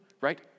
right